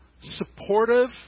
supportive